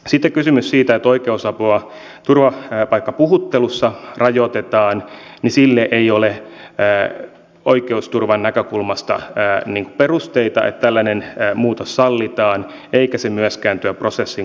sitten kysymys siitä että oikeusapua turvapaikkapuhuttelussa rajoitetaan sille ei ole oikeusturvan näkökulmasta perusteita että tällainen muutos sallitaan eikä se myöskään tuo prosessin kannalta säästöjä